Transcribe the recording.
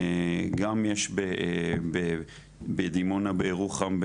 גם יש בדימונה, בירוחם.